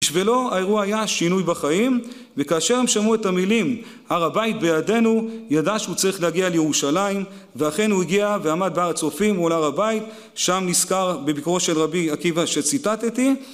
בשבילו האירוע היה שינוי בחיים. וכאשר הם שמעו את המילים: "הר הבית בידינו", ידע שהוא צריך להגיע לירושלים ואכן הוא הגיע ועמד בהר הצופים, מול הר הבית, שם נזכר בביקורו של רבי עקיבא שציטטתי